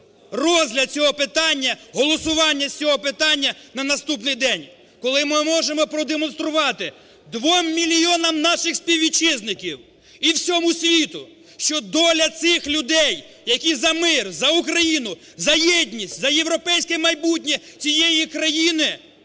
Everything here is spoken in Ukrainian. розгляд цього питання, голосування з цього питання на наступний день, коли ми можемо продемонструвати двом мільйонам наших співвітчизників і всьому світу, що доля цих людей, які за мир, за Україну, за єдність, за європейське майбутнє цієї країни,